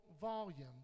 volumes